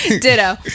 Ditto